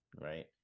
right